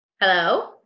Hello